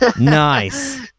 nice